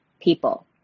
people